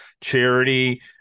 charity